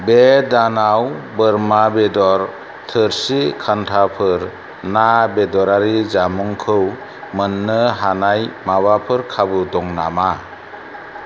बे दानाव बोरमा बेदर थोरसि खान्थाफोर ना बेदरारि जामुंखौ मोन्नो हानाय माबाफोर खाबु दङ नामा